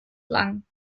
lang